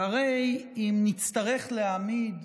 שהרי אם נצטרך להעמיד